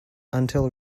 until